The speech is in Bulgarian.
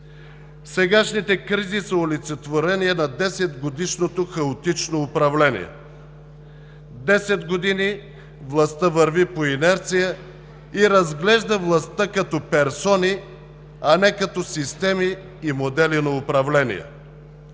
Сегашните кризи са олицетворение на 10-годишното хаотично управление. Десет години властта върви по инерция и разглежда властта като персони, а не като системи и модели на управление.